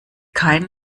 kein